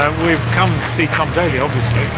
come to see tom daley obviously.